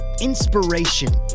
inspiration